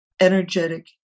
energetic